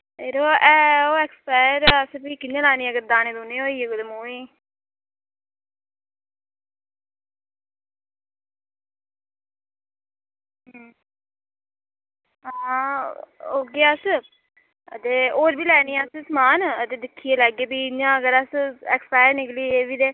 यरो ऐ ओह् ऐक्सपायर ऐ ते भी कि'यां लानी अगर दाने दूने होई गे कुतै मुंहै गी हां औगे अस ते होर बी लैने असें समान ते दिक्खियै लैगे फ्ही इयां अगर अस ऐक्सपायर निकली एह् बी ते